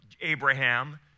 Abraham